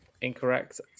incorrect